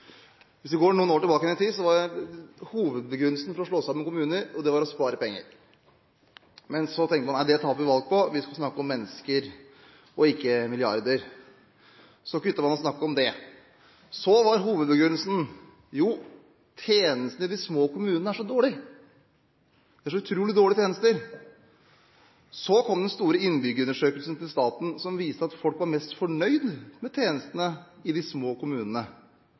Hvis vi går noen år tilbake i tid, var hovedbegrunnelsen for å slå sammen kommuner å spare penger. Men så tenkte man: Nei, det taper vi valget på, vi skal snakke om mennesker og ikke milliarder. Så sluttet man å snakke om det. Så var hovedbegrunnelsen: Jo, tjenestene i de små kommunene er så dårlige, det er så utrolig dårlige tjenester. Så kom den store innbyggerundersøkelsen til staten som viste at folk var mest fornøyd med tjenestene i de små kommunene, spesielt innen pleie og omsorg, og de største utfordringene var i de store kommunene